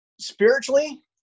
Spiritually